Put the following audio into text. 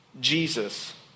Jesus